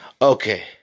Okay